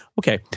okay